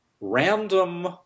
random